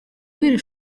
w’iri